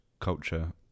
culture